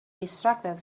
distracted